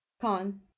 Con